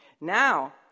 Now